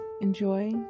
enjoy